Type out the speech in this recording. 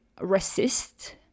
resist